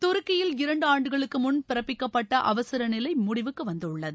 துருக்கியில் இரண்டு ஆண்டுகளுக்கு முன் பிறப்பிக்கப்பட்ட அவசர நிலை முடிவுக்கு வந்துள்ளது